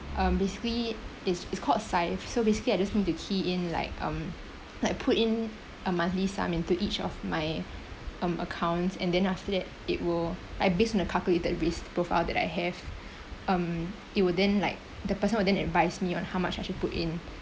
um basically it's it's called syfe so basically I just need to key in like um like put in a monthly sum into each of my um accounts and then after that it will like based on a calculated risk profile that I have um it would then like the person would then advise me on how much I should put in